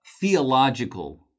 theological